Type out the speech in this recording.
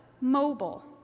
mobile